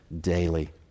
daily